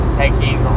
taking